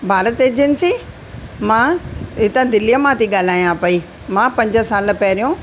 Bharat agency मां हितां दिल्लीअ मां थी ॻाल्हाया पई मां पंज साल पहिरियों